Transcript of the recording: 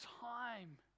time